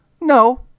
No